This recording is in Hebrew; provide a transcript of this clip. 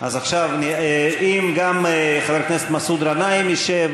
אם גם חבר הכנסת מסעוד גנאים ישב,